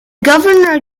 governor